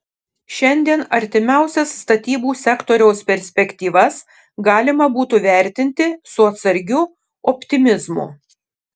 šiandien artimiausias statybų sektoriaus perspektyvas galima būtų vertinti su atsargiu optimizmu